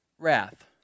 Wrath